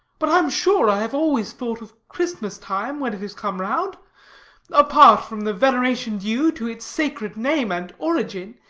but i am sure i have always thought of christmas time, when it has come round apart from the veneration due to its sacred name and origin,